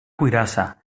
cuirassa